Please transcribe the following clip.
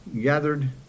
gathered